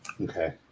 Okay